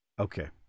Okay